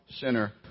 sinner